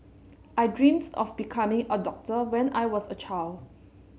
I dreamt of becoming a doctor when I was a child